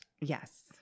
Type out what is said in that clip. Yes